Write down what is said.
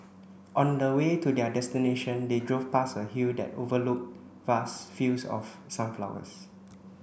on the way to their destination they drove past a hill that overlooked vast fields of sunflowers